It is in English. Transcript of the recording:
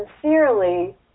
sincerely